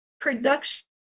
production